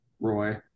Roy